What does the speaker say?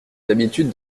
habitudes